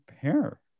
pair